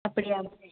அப்படியா